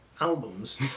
albums